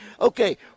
okay